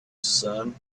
son